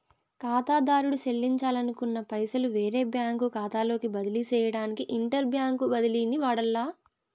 కాతాదారుడు సెల్లించాలనుకున్న పైసలు వేరే బ్యాంకు కాతాలోకి బదిలీ సేయడానికి ఇంటర్ బ్యాంకు బదిలీని వాడాల్ల